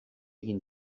egin